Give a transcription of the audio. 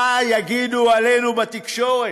מה יגידו עלינו בתקשורת,